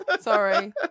Sorry